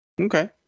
Okay